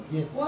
Yes